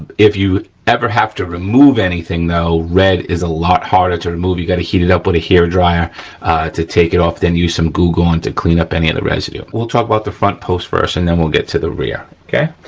if you ever have to remove anything, though, red is a lot harder to remove. you gotta heat it up with a hair dryer to take it off then use some goo gone to clean up any of the residue. we'll talk about the front post first and then we'll get to the rear, okay.